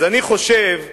אז אני חושב שמהיום,